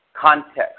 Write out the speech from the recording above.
context